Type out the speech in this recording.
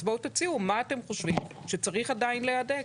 אז בואו תציעו מה אתם חושבים שצריך עדיין להדק.